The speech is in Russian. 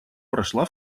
прошла